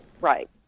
Right